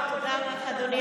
תודה רבה לך, אדוני.